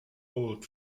old